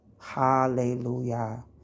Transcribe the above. Hallelujah